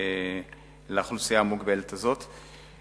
לאוכלוסייה המוגבלת הזאת.